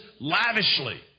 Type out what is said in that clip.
lavishly